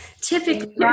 typically